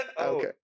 Okay